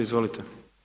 Izvolite.